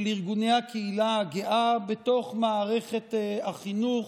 ארגוני הקהילה הגאה בתוך מערכת החינוך